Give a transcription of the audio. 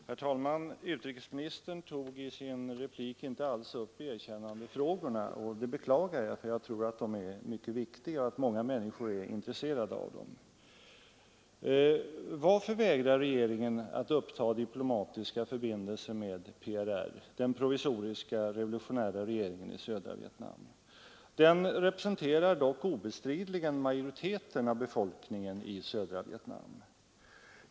Herr talman! Utrikesministern tog i sin replik inte alls upp erkännandefrågorna, och det beklagar jag; jag tror att de är mycket viktiga och att många människor är intresserade av dem. Varför vägrar regeringen att uppta diplomatiska förbindelser med PRR, den provisoriska revolutionära regeringen i södra Vietnam? Den representerar dock obestridligen majoriteten av befolkningen i södra Vietnam.